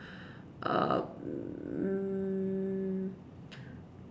um